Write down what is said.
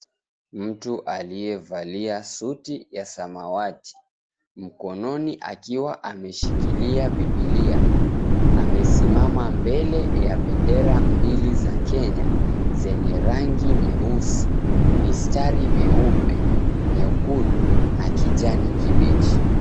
Mtu aliyevalia suti ya samawati, mkononi akiwa ameshikilia bibilia, amesimama mbele ya bendera mbili za Kenya zenye rangi nyeusi, mistari meupe, nyekundu na kijani kibichi.